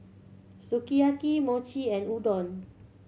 Sukiyaki Mochi and Udon